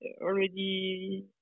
already